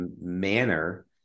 manner